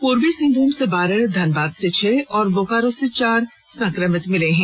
पूर्वी सिंहभूम से बारह धनबाद से छह और बोकारो से चार संक्रमित मिले हैं